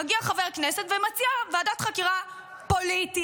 מגיע חבר כנסת ומציע ועדת חקירה פוליטית,